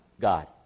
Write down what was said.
God